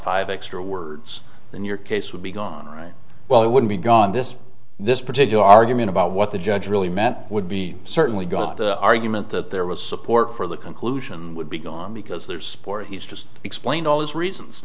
five extra words in your case would be gone right well it would be gone this this particular argument about what the judge really meant would be certainly got the argument that there was support for the conclusion would be gone because their sport he's just explained all his reasons